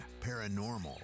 paranormal